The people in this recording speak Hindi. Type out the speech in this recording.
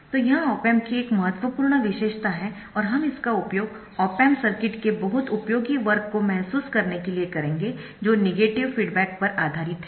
तो यह ऑप एम्प की एक महत्वपूर्ण विशेषता है और हम इसका उपयोग ऑप एम्प सर्किट के बहुत उपयोगी वर्ग को महसूस करने के लिए करेंगे जो नेगेटिव फीडबॅक पर आधारित है